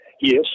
Yes